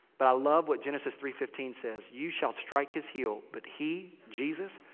but i love what genesis three fifteen says, you shall strike his heal. but he jesus.